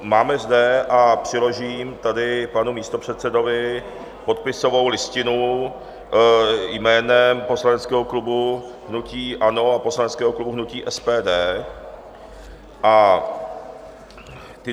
Máme zde a přiložím tady panu místopředsedovi podpisovou listinu jménem poslaneckého klubu hnutí ANO a poslaneckého klubu SPD.